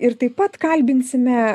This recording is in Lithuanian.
ir taip pat kalbinsime